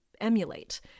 emulate